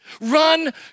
Run